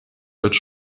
als